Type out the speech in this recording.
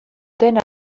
den